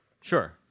Sure